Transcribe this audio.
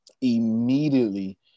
immediately